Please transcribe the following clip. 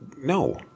no